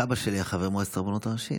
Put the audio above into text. סבא שלי היה חבר מועצת הרבנות הראשית.